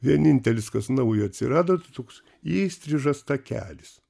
vienintelis kas naujo atsirado tai toks įstrižas takelis